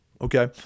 okay